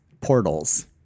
portals